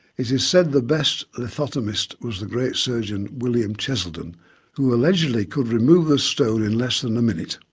is is said the best lithotomist was the great surgeon william cheselden who allegedly could remove the stone in less than a minute.